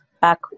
back